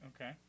Okay